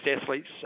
athletes